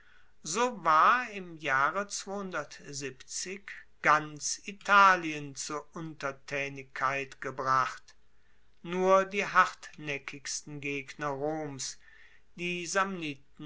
so war im jahre ganz italien zur untertaenigkeit gebracht nur die hartnaeckigsten gegner roms die